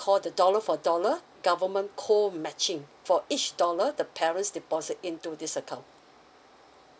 call for the dollar for dollar government co matching for each dollar the parents deposit into this account